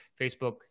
Facebook